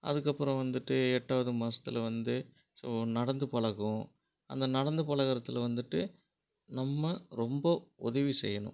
அதற்கப்பறம் வந்துவிட்டு எட்டாவது மாதத்துல வந்து ஸோ நடந்து பழகும் அந்த நடந்து பழகுறத்தில் வந்துவிட்டு நம்ம ரொம்ப உதவி செய்யணும்